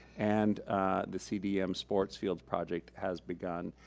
and the cdm sports fields project has begun.